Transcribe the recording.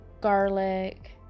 garlic